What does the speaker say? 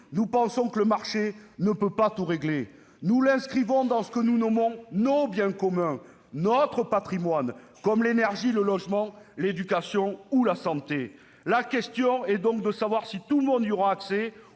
collègue !... le marché ne peut tout régler. Nous l'inscrivons dans ce que nous nommons nos « biens communs », notre patrimoine, comme l'énergie, le logement, l'éducation ou la santé. La question est donc de savoir si tout le monde y aura accès,